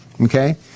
Okay